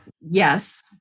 yes